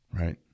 right